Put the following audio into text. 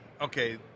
okay